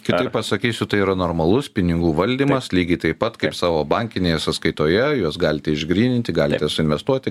kitaip pasakysiu tai yra normalus pinigų valdymas lygiai taip pat kaip savo bankinėje sąskaitoje juos galite išgryninti galite suinvestuoti